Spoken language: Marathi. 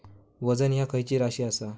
वजन ह्या खैची राशी असा?